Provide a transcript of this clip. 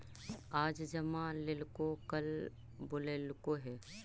आज जमा लेलको कल बोलैलको हे?